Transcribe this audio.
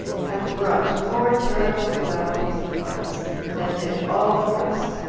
hath brought more terrible calamities upon us than did all the rest,